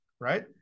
right